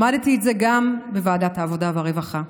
למדתי את זה גם בוועדת העבודה והרווחה.